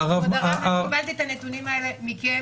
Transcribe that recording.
כבוד הרב, קיבלתי את הנתונים האלה מכם